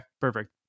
perfect